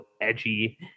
edgy